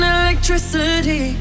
electricity